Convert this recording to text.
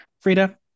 Frida